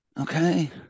Okay